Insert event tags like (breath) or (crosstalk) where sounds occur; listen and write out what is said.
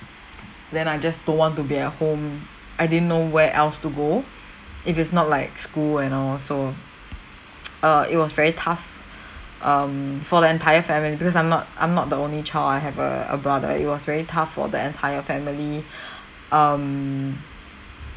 then I just don't want to be at home I didn't know where else to go if it's not like school and all so (noise) err it was very tough (breath) um for the entire family because I'm not I'm not the only child I have a a brother it was very tough for the entire family (breath) um